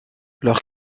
leur